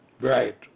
Right